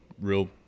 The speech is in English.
real